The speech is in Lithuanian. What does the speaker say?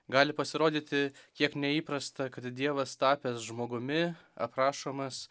gali pasirodyti kiek neįprasta kad dievas tapęs žmogumi aprašomas